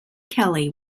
kelly